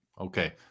Okay